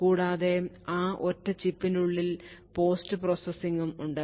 കൂടാതെ ആ ഒറ്റ ചിപ്പിനുള്ളിൽ പോസ്റ്റ് പ്രോസസ്സിംഗും ഉണ്ട്